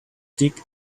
dick